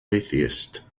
atheist